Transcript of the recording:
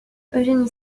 eugénie